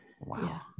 wow